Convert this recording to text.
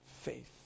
faith